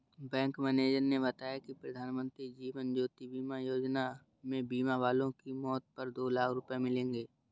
bank manager ने बताया कि प्रधानमंत्री जीवन ज्योति बीमा योजना में बीमा वाले की मौत पर दो लाख रूपये मिलेंगे